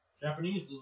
Japanese